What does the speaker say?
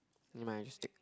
it might stick